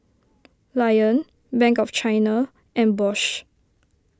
Lion Bank of China and Bosch